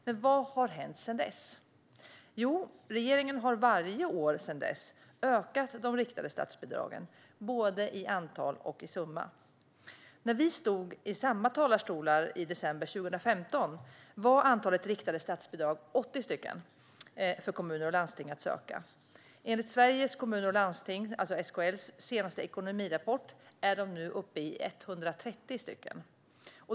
Men vad har hänt sedan dess? Jo, regeringen har varje år sedan dess ökat de riktade statsbidragen, både i antal och i summa. När vi stod i dessa talarstolar i december 2015 fanns det 80 riktade statsbidrag för kommuner och landsting att söka. Enligt den senaste ekonomirapporten från Sveriges Kommuner och Landsting, SKL, är de nu uppe i 130.